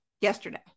yesterday